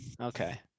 okay